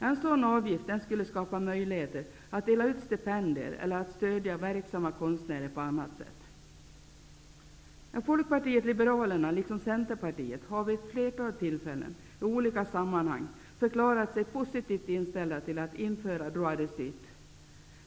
En sådan avgift skulle skapa möjligheter att dela ut stipendier eller att på annat sätt stödja verksamma konstnärer. Folkpartiet liberalerna liksom Centerpartiet har vid ett flertal tillfällen och i olika sammanhang förklarat sig positivt inställda till ett införande av s.k. droit de suite.